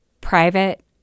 private